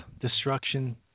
destruction